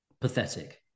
Pathetic